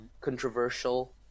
controversial